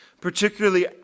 particularly